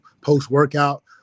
Post-Workout